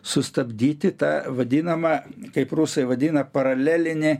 sustabdyti tą vadinamą kaip rusai vadina paralelinį